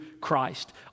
Christ